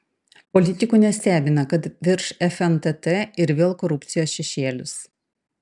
politikų nestebina kad virš fntt ir vėl korupcijos šešėlis